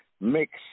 mix